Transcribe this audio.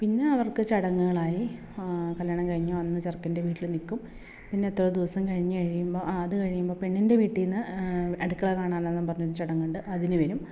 പിന്നെ അവർക്ക് ചടങ്ങുകളായി കല്യാണം കഴിഞ്ഞ് വന്ന് ചെറുക്കൻ്റെ വീട്ടിൽ നിൽക്കും പിന്നെ എത്രയോ ദിവസം കഴിഞ്ഞ് കഴിയുമ്പോൾ അത് കഴിയുമ്പോൾ പെണ്ണിൻ്റെ വീട്ടിൽ നിന്ന് അടുക്കള കാണാൻ എന്ന് പറഞ്ഞ് ചടങ്ങുണ്ട് അതിന് വരും